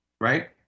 right